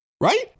Right